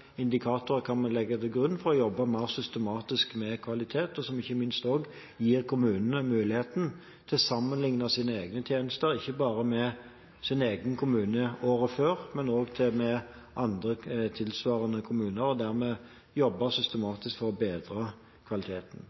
å jobbe mer systematisk med kvalitet, noe som ikke minst også gir kommunene mulighet til å sammenligne sine egne tjenester ikke bare med sin egen kommune året før, men også med andre, tilsvarende kommuner og dermed jobbe systematisk for å bedre kvaliteten.